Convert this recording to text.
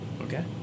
Okay